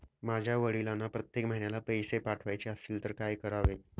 माझ्या वडिलांना प्रत्येक महिन्याला पैसे पाठवायचे असतील तर काय करावे?